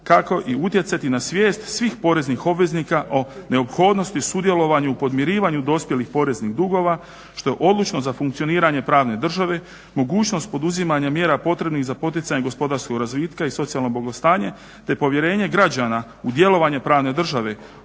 kao i utjecati na svijest svih poreznih obveznika o neophodnosti i sudjelovanju u podmirivanju dospjelih poreznih dugova što je odlučno za funkcioniranje pravne države, mogućnost poduzimanja mjera potrebnih za poticanje gospodarskog razvitka i socijalno blagostanje te povjerenje građana u djelovanje pravne države,